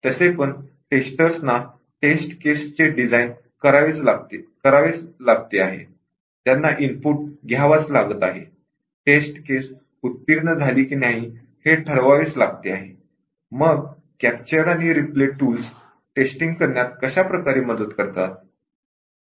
तसेपण testers ना test case चे design करावेच लागते आहे त्यांना इनपुट घ्यावाच लागत आहे टेस्ट केस उत्तीर्ण झाली की नाही हे ठरवावेच लागते आहे मग "कॅप्चर आणि रीप्ले" टूल्स टेस्टींग करण्यात कशाप्रकारे मदत करतात